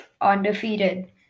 undefeated